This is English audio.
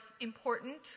important